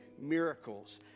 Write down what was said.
miracles